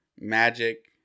magic